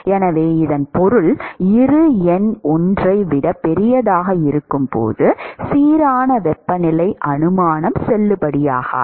எனவே இதன் பொருள் இரு எண் 1 ஐ விட பெரியதாக இருக்கும் போது சீரான வெப்பநிலை அனுமானம் செல்லுபடியாகாது